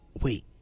Wait